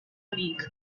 league